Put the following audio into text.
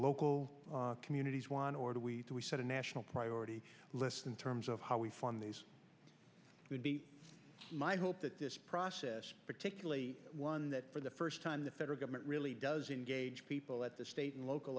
local communities want or do we set a national priority list in terms of how we fund these would be my hope that this process particularly one that for the first time the federal government really does engage people at the state and local